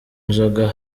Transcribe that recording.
inzoga